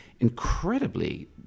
Incredibly